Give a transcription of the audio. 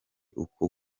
uko